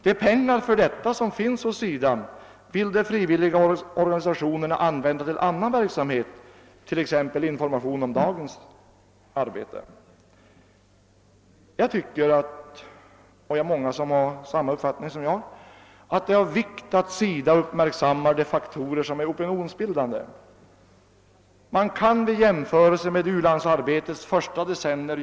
De medel för detta ändamål som SIDA disponerar över vill dessa frivilliga organisationer använda till annan verksamhet, t.ex. till information om dagens arbete. Jag tycker — och det är många som har samma uppfattning som jag — att det är av vikt att SIDA uppmärksammar de faktorer som är opinionsbildande. Man kan göra viktiga rön vid en jämförelse med verksamheten under u-landsarbetets första decennier.